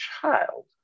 child